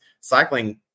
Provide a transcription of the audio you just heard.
Cycling